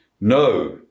No